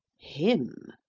him?